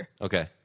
Okay